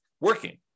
working